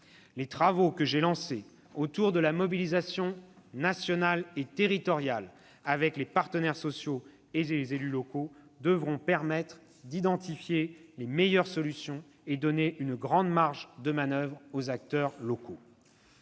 Les travaux que j'ai lancés autour de la mobilisation nationale et territoriale avec les partenaires sociaux »- et les élus locaux -« devront permettre d'identifier les meilleures solutions et donner une grande marge de manoeuvre aux acteurs locaux.